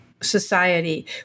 society